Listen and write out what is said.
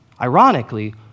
ironically